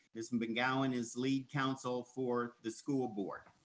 miss mcgowan is lead counsel for the school board.